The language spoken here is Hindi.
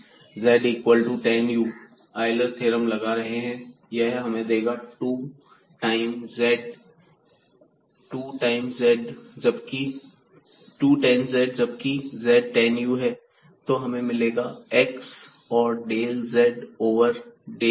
z equal to tan u पर आयलर थ्योरम लगा रहे हैं यह हमें देगा 2 टाइम z जबकि z tan u है तो हमें मिलेगा x x और del z over del u